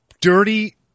Dirty